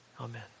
Amen